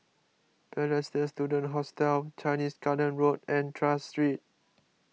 Balestier Student Hostel Chinese Garden Road and Tras Street